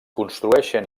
construeixen